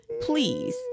Please